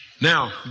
Now